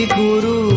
guru